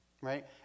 Right